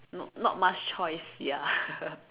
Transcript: not not much choice ya